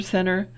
Center